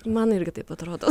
man irgi taip atrodo